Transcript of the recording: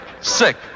sick